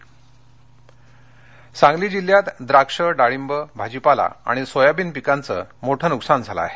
पाऊस सांगली सांगली जिल्ह्यात द्राक्ष डाळिंब भाजीपाला आणि सोयाबीन पिकांचं मोठं नुकसान झालं आहे